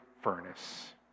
furnace